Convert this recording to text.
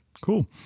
cool